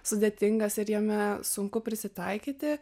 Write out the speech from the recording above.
sudėtingas ir jame sunku prisitaikyti